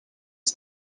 his